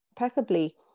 impeccably